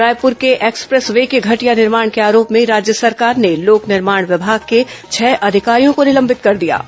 रायपुर के expressway के घटिया निर्माण के आरोप में राज्य सरकार ने लोक निर्माण विभाग के छह अधिकारियों को निलंबित कर दिया है